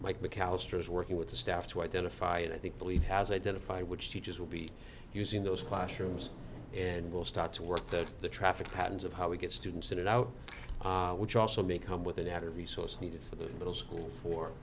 e mcallister's working with the staff to identify and i think believe has identified which teachers will be using those classrooms and will start to work that the traffic patterns of how we get students in and out which also may come with an added resource needed for the middle school